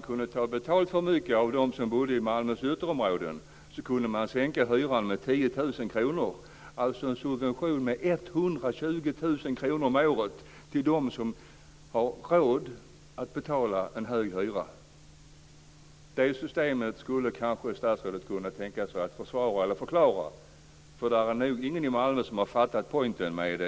kunde man ta betalt av dem som bodde i Malmös ytterområden och man kunde sänka hyran med 10 000 kr i månaden, alltså en subvention med 120 000 kr om året till dem som har råd att betala en hög hyra. Kanske statsrådet skulle kunna tänka sig att förklara det systemet. Det är ingen i Malmö som ännu har fattat poängen med det.